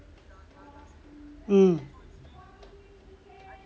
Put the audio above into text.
mm